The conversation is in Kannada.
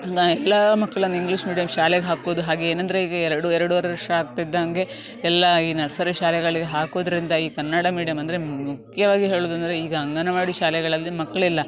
ಈಗ ಎಲ್ಲ ಮಕ್ಳನ್ನು ಇಂಗ್ಲಿಷ್ ಮೀಡಿಯಮ್ ಶಾಲೆಗೆ ಹಾಕೋದು ಹಾಗೆ ಏನಂದ್ರೆ ಈಗ ಎರಡು ಎರಡುವರೆ ವರ್ಷ ಆಗ್ತಿದ್ದಂಗೆ ಎಲ್ಲ ಈ ನರ್ಸರಿ ಶಾಲೆಗಳಿಗೆ ಹಾಕೋದ್ರಿಂದ ಈ ಕನ್ನಡ ಮೀಡಿಯಮ್ ಅಂದರೆ ಮುಖ್ಯವಾಗಿ ಹೇಳೋದಂದ್ರೆ ಈಗ ಅಂಗನವಾಡಿ ಶಾಲೆಗಳಲ್ಲಿ ಮಕ್ಕಳಿಲ್ಲ